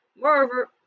Moreover